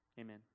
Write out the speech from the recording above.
Amen